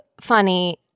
funny